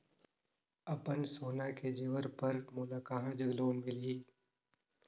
अपन सोना के जेवर पर मोला कहां जग लोन मिलही?